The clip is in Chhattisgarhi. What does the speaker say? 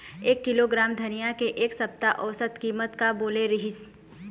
एक किलोग्राम धनिया के एक सप्ता औसत कीमत का बोले रीहिस?